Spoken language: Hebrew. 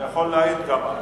אני יכול להעיד גם על כך.